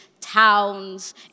towns